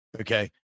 Okay